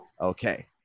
okay